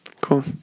Cool